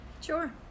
Sure